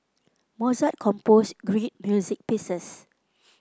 Mozart composed great music pieces